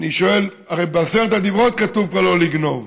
הרי כבר בעשרת הדיברות כתוב לא לגנוב,